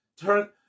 Turn